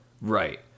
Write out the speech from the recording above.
Right